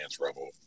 Rebel